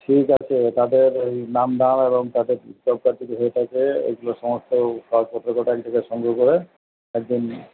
ঠিক আছে তাদের ওই নম্বর এবং তাদের হয়ে থাকে ওইগুলো সমস্ত পোর্টাল থেকে সংগ্রহ করে একজন